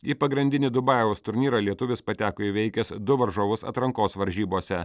į pagrindinį dubajaus turnyrą lietuvis pateko įveikęs du varžovus atrankos varžybose